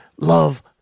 love